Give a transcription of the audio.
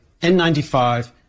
N95